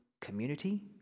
community